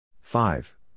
Five